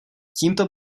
tímto